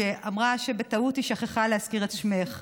שאמרה שבטעות היא שכחה להזכיר את שמך.